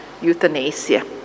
euthanasia